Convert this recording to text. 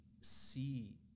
see